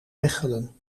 mechelen